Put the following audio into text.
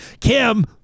Kim